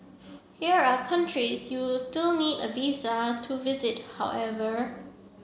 here are countries you still need a visa to visit however